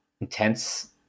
intense